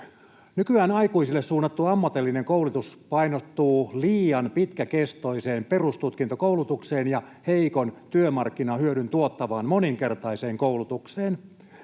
Nykyään aikuisille suunnattu ammatillinen koulutus painottuu liian pitkäkestoiseen perustutkintokoulutukseen ja heikon työmarkkinahyödyn tuottavaan moninkertaiseen koulutukseen.